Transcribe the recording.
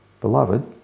Beloved